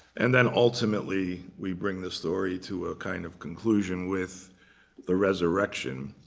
and then ultimately, we bring this story to a kind of conclusion with the resurrection.